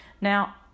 Now